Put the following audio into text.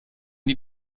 die